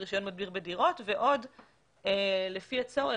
של רישיון מדביר בדירות; ועוד לפי הצורך,